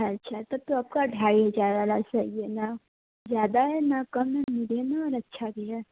अच्छा तो तो आपका ढाई हजार वाला सही है ना ज्यादा है ना कम है मीडियम है और अच्छा भी है